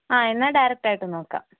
ആ എന്നാല് ഡയറക്റ്റായിട്ടു നോക്കാം